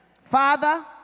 Father